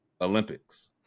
olympics